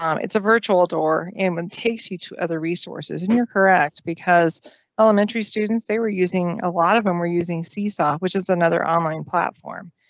um it's a virtual door um and takes you to other resources in your correct? because elementary students, they were using a lot of them were using ceasa, which is another online platform.